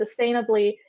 sustainably